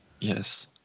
yes